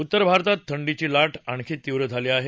उत्तर भारतात थंडीची लाट आणखी तीव्र झाली आहे